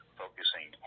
focusing